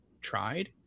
tried